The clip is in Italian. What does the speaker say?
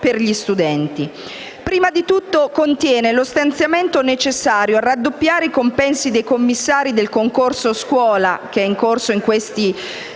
Prima di tutto contiene lo stanziamento necessario a raddoppiare i compensi dei commissari del concorso scuola (che è in corso in queste